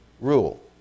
rule